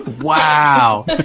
Wow